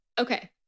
Okay